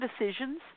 decisions